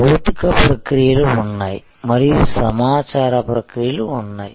భౌతిక ప్రక్రియలు ఉన్నాయి మరియు సమాచార ప్రక్రియలు ఉన్నాయి